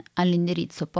all'indirizzo